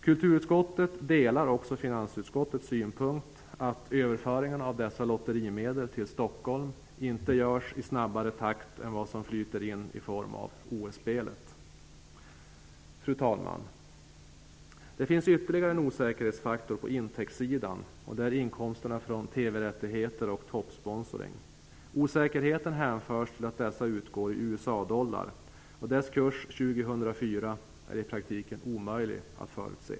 Kulturutskottet delar också finansutskottets synpunkt att överföringarna av dessa lotterimedel till Stockholm inte bör göras i snabbare takt än vad som flyter in från OS-spelet. Fru talman! Det finns ytterligare en osäkerhetsfaktor på intäktssidan, nämligen inkomsterna från TV rättigheter och TOP-sponsring. Osäkerheten hänförs till att dessa utgår i USA-dollar, och kursen 2004 är i praktiken omöjlig att förutse.